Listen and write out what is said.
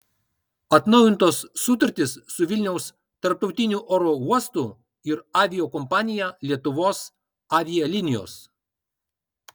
atnaujintos sutartys su vilniaus tarptautiniu oro uostu ir aviakompanija lietuvos avialinijos